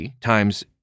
times